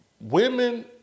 women